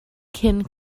cyn